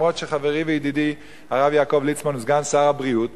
אף שחברי וידידי הרב יעקב ליצמן הוא סגן שר הבריאות,